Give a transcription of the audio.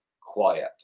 quiet